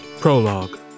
Prologue